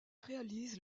réalise